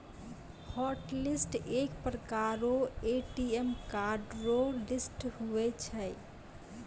hotlist एक प्रकार रो ए.टी.एम कार्ड रो लिस्ट हुवै छै